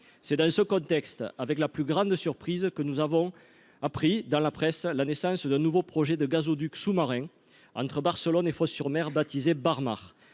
c'est dans ce contexte, avec la plus grande surprise que nous avons appris dans la presse, la naissance d'un nouveau projet de gazoduc sous-marin entre Barcelone et Fos-sur-Mer, baptisé barre,